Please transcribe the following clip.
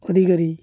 ଅଧିକାରୀ